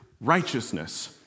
righteousness